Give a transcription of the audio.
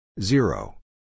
Zero